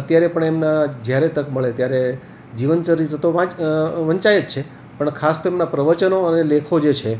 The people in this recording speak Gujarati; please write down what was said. અત્યારે પણ એમના જ્યારે તક મળે ત્યારે જીવન ચરિત્ર તો વંચાય જ છે પણ ખાસ તો એમના પ્રવચનો અને લેખો જે છે